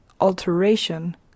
Alteration